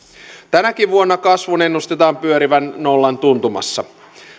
tänäkin vuonna kasvun ennustetaan pyörivän nollan tuntumassa